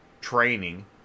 training